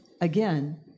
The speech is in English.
again